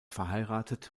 verheiratet